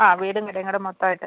ആ വീടും കടയും കൂടെ മൊത്തമായിട്ട്